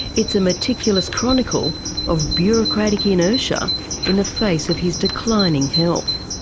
it's a meticulous chronicle of bureaucratic inertia in the face of his declining health.